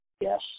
yes